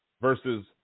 versus